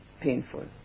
painful